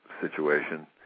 situation